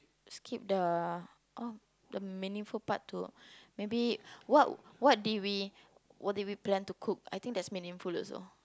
skip the oh the meaningful part to maybe what what did we what did we plan to cook I think that's meaningful also